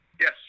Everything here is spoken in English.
Yes